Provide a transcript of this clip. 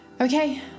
okay